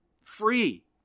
free